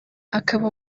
akaba